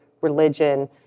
religion